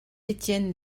étienne